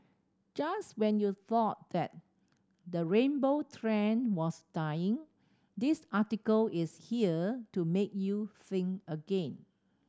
just when you thought that the rainbow trend was dying this article is here to make you think again